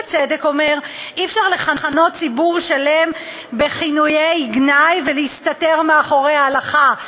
בצדק אומר: אי-אפשר לכנות ציבור שלם בכינויי גנאי ולהסתתר מאחורי ההלכה.